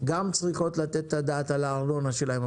גם צריכות לתת את הדעת על הארנונה שלהן.